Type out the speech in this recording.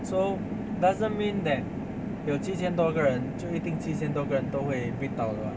so doesn't mean that 有七千多个人就一定七千多个人都会 bid 到 lor